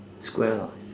square lah